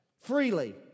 freely